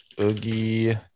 Oogie